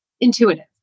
intuitive